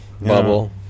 bubble